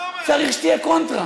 צריך שתהיה קונטרה.